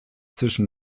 zwischen